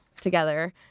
together